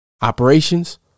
Operations